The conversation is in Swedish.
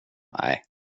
nej